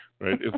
right